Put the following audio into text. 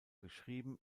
geschrieben